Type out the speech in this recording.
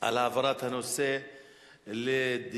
על העברת הנושא לדיון